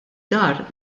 dar